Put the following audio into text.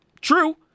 True